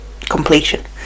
completion